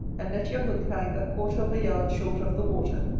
and let your hook hang a quarter of a yard short of the water,